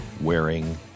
wearing